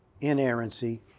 inerrancy